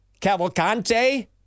Cavalcante